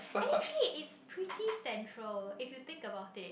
and actually it's pretty central if you think about it